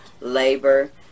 labor